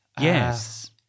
Yes